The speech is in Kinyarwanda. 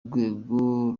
rwego